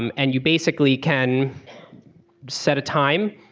um and you basically can set a time,